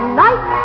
night